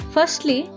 Firstly